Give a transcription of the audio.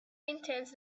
intense